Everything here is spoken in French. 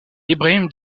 ibrahim